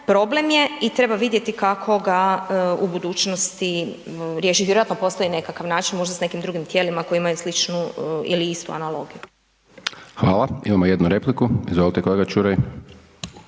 problem je i treba vidjeti kako ga u budućnosti riješiti, vjerojatno postoji nekakav način, možda s nekim drugim tijelima koja imaju sličnu ili istu analogiju. **Hajdaš Dončić, Siniša (SDP)** Hvala, imamo jednu repliku, izvolite kolega Čuraj.